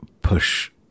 push